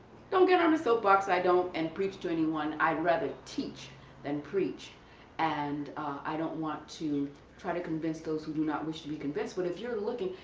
don't get um under so box i don't and preach to anyone, i'd rather teach than preach and i don't want to try to convince those who do not wish to be convinced but if you are looking,